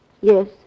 Yes